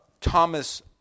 Thomas